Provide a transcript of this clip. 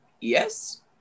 yes